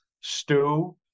stew